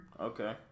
Okay